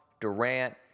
Durant